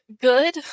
Good